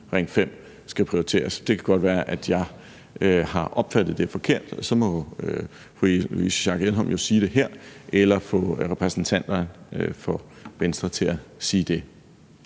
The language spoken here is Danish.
Ring 5 skal prioriteres. Det kan godt være, at jeg har opfattet det forkert, og så må fru Louise Schack Elholm jo sige det her eller få repræsentanterne for Venstre til at sige det.